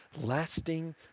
lasting